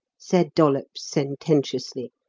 said dollops sententiously.